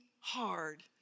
Hard